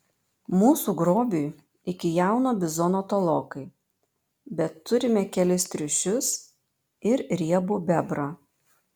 mūsų grobiui iki jauno bizono tolokai bet turime kelis triušius ir riebų bebrą